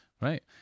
right